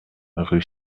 rue